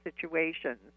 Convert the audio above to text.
situations